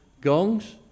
gongs